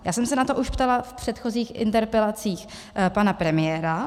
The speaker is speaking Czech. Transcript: Já jsem se na to už ptala v předchozích interpelacích pana premiéra.